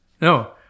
No